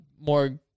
more